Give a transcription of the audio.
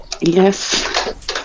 Yes